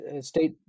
state